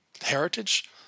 heritage